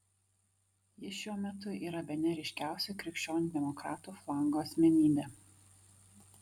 jis šiuo metu yra bene ryškiausia krikščionių demokratų flango asmenybė